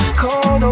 cold